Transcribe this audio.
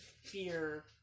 fear